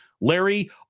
Larry